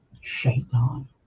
shaitan